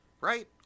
Right